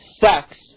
sex